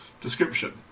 Description